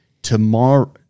tomorrow